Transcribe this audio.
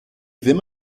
ddim